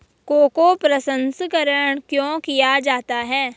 Cocoa प्रसंस्करण क्यों किया जाता है?